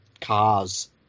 cars